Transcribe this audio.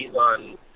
on